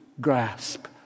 grasp